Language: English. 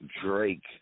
Drake